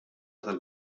tal